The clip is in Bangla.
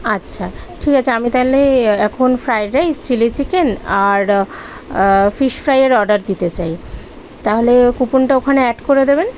আচ্ছা ঠিক আছে আমি তাহলে এখন ফ্রায়েড রাইস চিলি চিকেন আর ফিস ফ্রাইয়ের অর্ডার দিতে চাই তাহলে কুপনটা ওখানে অ্যাড করে দেবেন